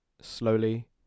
Slowly